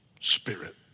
spirit